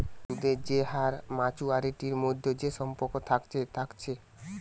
সুদের যে হার আর মাচুয়ারিটির মধ্যে যে সম্পর্ক থাকছে থাকছে